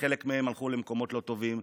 וחלק מהם הלכו למקומות לא טובים.